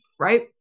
right